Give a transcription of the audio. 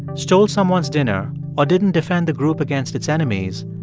stole someone's dinner or didn't defend the group against its enemies,